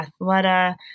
Athleta